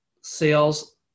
sales